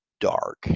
dark